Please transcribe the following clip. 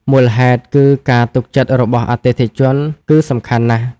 មូលហេតុគឺ ការទុកចិត្តរបស់អតិថិជនគឺសំខាន់ណាស់។